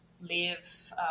live